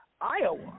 Iowa